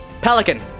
Pelican